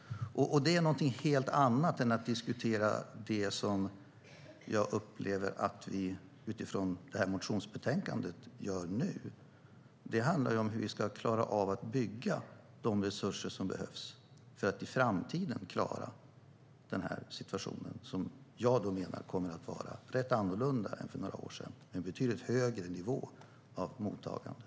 Det är något helt annat än att diskutera det jag upplever att vi utifrån detta motionsbetänkande gör nu. Det handlar om hur vi ska klara av att bygga upp de resurser som behövs för att i framtiden klara en situation som jag menar kommer att vara rätt annorlunda än för några år sedan, med en betydligt högre nivå av mottagande.